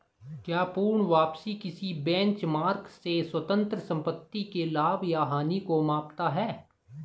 क्या पूर्ण वापसी किसी बेंचमार्क से स्वतंत्र संपत्ति के लाभ या हानि को मापता है?